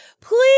please